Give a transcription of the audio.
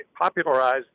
popularized